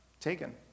Taken